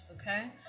okay